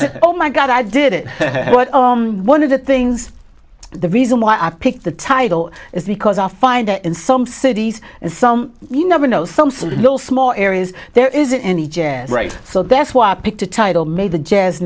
said oh my god i did it one of the things the reason why i picked the title is because i find that in some cities and some you never know some sort of little small areas there isn't any jazz right so that's why i picked the title made the jazz